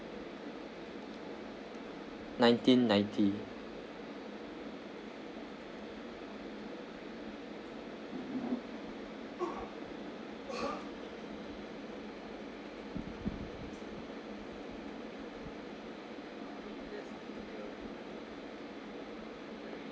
nineteen ninety